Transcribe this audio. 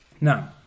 Now